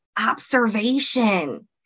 observation